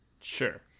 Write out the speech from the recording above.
Sure